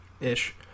ish